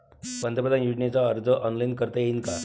पंतप्रधान योजनेचा अर्ज ऑनलाईन करता येईन का?